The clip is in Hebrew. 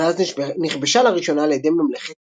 ואז נכבשה לראשונה על ידי ממלכת